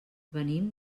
venim